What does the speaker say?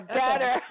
better